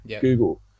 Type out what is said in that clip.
Google